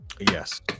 Yes